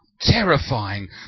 terrifying